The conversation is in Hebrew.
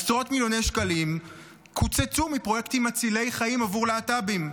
עשרות מיליוני שקלים קוצצו מפרויקטים מצילי חיים עבור להט"בים,